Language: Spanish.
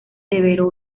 severo